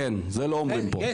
כן, זה לא אומרים פה.